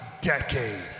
decade